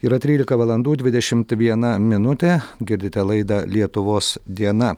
yra trylika valandų dvidešimt viena minutė girdite laidą lietuvos diena